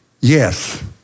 yes